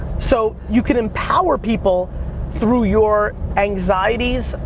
so you could empower people through your anxieties,